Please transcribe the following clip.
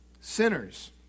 Sinners